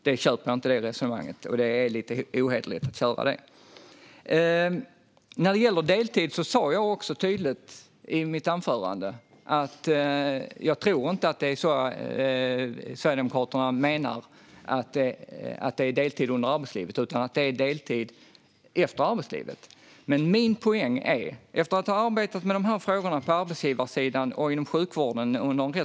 Jag tycker att resonemanget är lite ohederligt. Vidare sa jag tydligt i mitt anförande att jag inte tror att Sverigedemokraterna menar deltid under arbetslivet utan efter arbetslivet. Jag har arbetat med dessa frågor på arbetsgivarsidan inom sjukvården under lång tid.